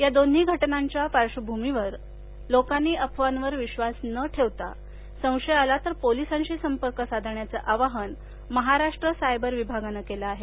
या दोन्ही घटनांच्या पार्श्वभूमीवर लोकांनी अफवांवर विक्वास न ठेवता संशय आला तर पोलिसांशी संपर्क साधण्याचं आवाहन महाराष्ट्र सायबर विभागानं केलं आहे